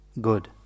good